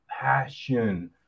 passion